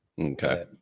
okay